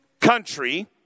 country